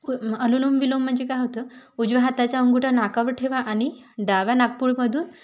अनुलोम विलोम म्हणजे काय होतं उजव्या हाताचा अंगठा नाकावर ठेवा आणि डाव्या नाकपुडीमधून